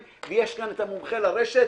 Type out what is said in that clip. ויש כאן את המומחה לרשת,